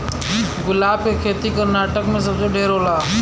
गुलाब के खेती कर्नाटक में सबसे ढेर होला